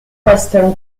western